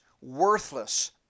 worthless